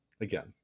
again